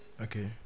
Okay